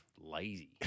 Lazy